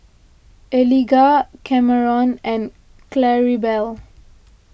Eliga Kameron and Claribel